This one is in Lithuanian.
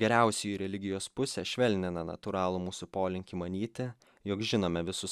geriausioji religijos pusė švelnina natūralų mūsų polinkį manyti jog žinome visus